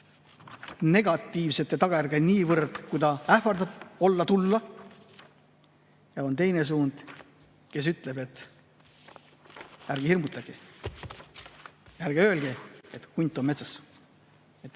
niivõrd negatiivsete tagajärgedega, kui ta ähvardab olla ja tulla. Ja on teine suund, kes ütleb, et ärge hirmutage, ärge öelge, et hunt on metsas.